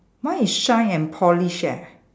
mine is shine and polish eh